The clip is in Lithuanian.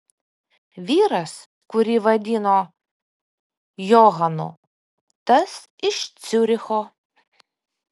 vyras kurį vadino johanu tas iš ciuricho